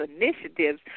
initiatives